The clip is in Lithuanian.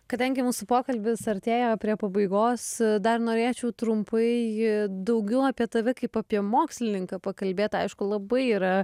kadangi mūsų pokalbis artėja prie pabaigos dar norėčiau trumpai daugiau apie tave kaip apie mokslininką pakalbėt aišku labai yra